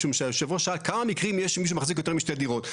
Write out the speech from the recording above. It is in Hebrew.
משום שיושב הראש שאל כמה מקרים יש שמישהו מחזיק יותר משתי דירות.